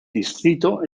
distrito